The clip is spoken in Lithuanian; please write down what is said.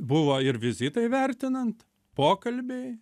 buvo ir vizitai vertinant pokalbiai